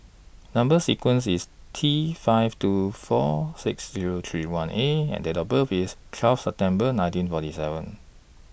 Number sequence IS T five two four six Zero three one A and Date of birth IS twelve September nineteen forty seven